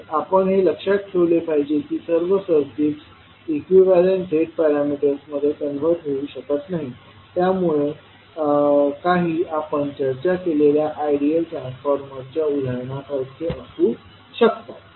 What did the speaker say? तर आपण हे लक्षात ठेवले पाहिजे की सर्व सर्किट्स इक्विवेलेंट Z पॅरामीटर्समध्ये कन्वर्ट होऊ शकत नाहीत त्यापैकी काहीं आपण चर्चा केलेल्या आयडियल ट्रान्सफॉर्मरच्या उदाहरणासारखे असू शकतात